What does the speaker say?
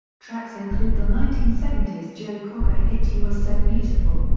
tracks include the nineteen seventy s joe cocker hit you are so beautiful,